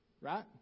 Right